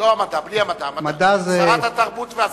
בלי המדע, שרת התרבות והספורט.